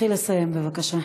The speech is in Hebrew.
תתחיל לסיים בבקשה.